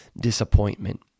disappointment